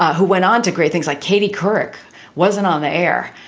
who went on to great things like katie couric wasn't on the air.